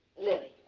lily.